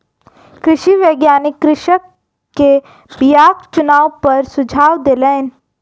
कृषि वैज्ञानिक कृषक के बीयाक चुनाव पर सुझाव देलैन